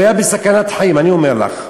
הוא היה בסכנת חיים, אני אומר לך.